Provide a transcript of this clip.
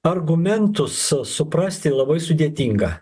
argumentus suprasti labai sudėtinga